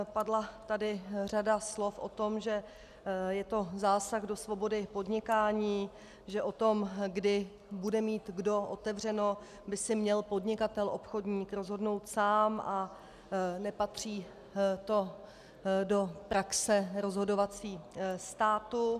Padla tu řada slov o tom, že je to zásah do svobody podnikání, že o tom, kdy bude mít kdo otevřeno, by si měl podnikatel, obchodník rozhodnout sám a nepatří to do rozhodovací praxe státu.